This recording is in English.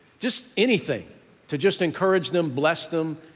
just anything to just encourage them, bless them,